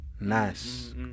nice